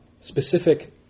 Specific